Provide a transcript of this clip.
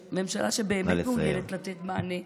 נא לסיים.